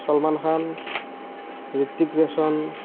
Salman Khan Hrithik Roshan